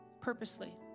purposely